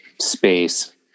space